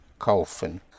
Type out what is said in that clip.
kaufen